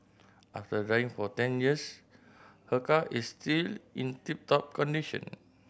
after driving for ten years her car is still in tip top condition